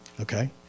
Okay